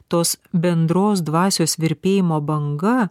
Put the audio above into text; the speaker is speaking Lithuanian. tos bendros dvasios virpėjimo banga